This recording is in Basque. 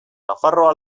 nafarroa